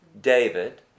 David